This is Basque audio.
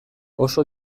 oso